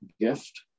gift